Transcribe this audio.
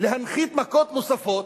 להנחית מכות נוספות,